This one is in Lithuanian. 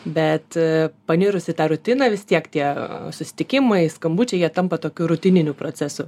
bet panirus į tą rutiną vis tiek tie susitikimai skambučiai jie tampa tokiu rutininiu procesu